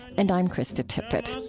and i'm krista tippett